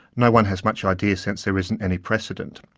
no-one has much idea since there isn't any precedent.